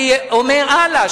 אני אומר הלאה,